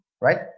right